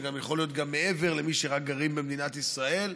שיכול להיות גם מעבר למי שרק גרים במדינת ישראל.